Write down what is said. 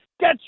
Get